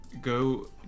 go